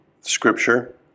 scripture